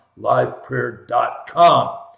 liveprayer.com